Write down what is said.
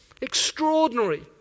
extraordinary